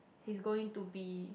his going to be